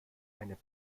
eine